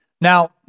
Now